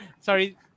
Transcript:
sorry